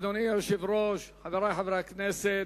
היושב-ראש, חברי חברי הכנסת,